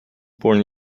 born